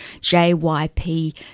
JYP